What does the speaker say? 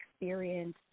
experience